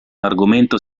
argomento